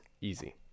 easy